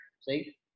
See